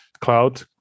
cloud